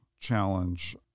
challenge